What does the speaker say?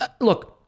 look